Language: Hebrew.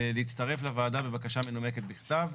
להצטרף לוועדה בבקשה מנומקת בכתב.